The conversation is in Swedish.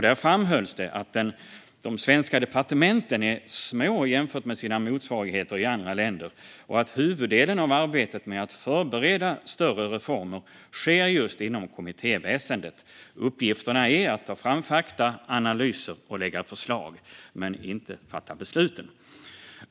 Där framhålls att de svenska departementen är små jämfört med sina motsvarigheter i andra länder, och huvuddelen av arbetet med att förbereda större reformer sker inom kommittéväsendet. Uppgifterna är att ta fram fakta, analyser och lägga fram förslag men inte att fatta besluten.